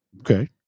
Okay